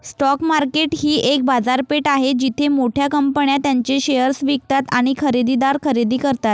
stock market ही एक बाजारपेठ आहे जिथे मोठ्या कंपन्या त्यांचे शेअर्स विकतात आणि खरेदीदार खरेदी करतात